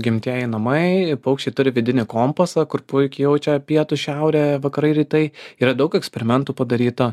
gimtieji namai paukščiai turi vidinį kompasą kur puikiai jaučia pietūs šiaurė vakarai rytai yra daug eksperimentų padaryta